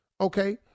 Okay